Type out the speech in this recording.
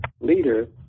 leader